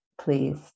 Please